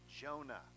Jonah